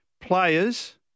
players